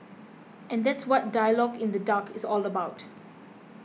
and that's what Dialogue in the Dark is all about